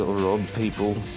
ah rob people.